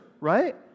right